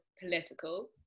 political